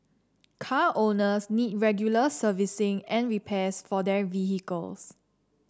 car owners need regular servicing and repairs for their vehicles